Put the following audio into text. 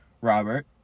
Robert